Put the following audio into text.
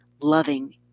loving